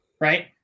right